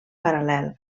paral·lel